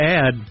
add